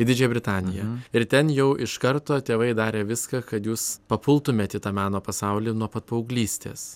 į didžiąją britaniją ir ten jau iš karto tėvai darė viską kad jūs papultumėt į tą meno pasaulį nuo pat paauglystės